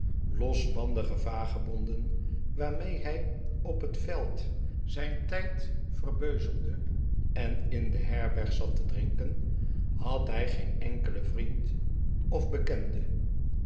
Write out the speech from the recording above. losbandige vagebonden waarmee hij op het veld zijn tijd verbeuzelde en in de herberg zat te drinken had hij geen enkelen vriend of bekende